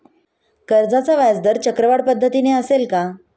कर्जाचा व्याजदर चक्रवाढ पद्धतीने असेल का?